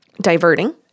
Diverting